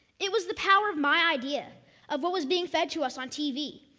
it was the power of my idea of what was being fed to us on tv,